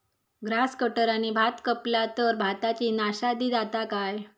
Grass कटराने भात कपला तर भाताची नाशादी जाता काय?